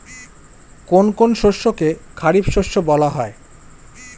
কোন কোন শস্যকে খারিফ শস্য বলা হয়?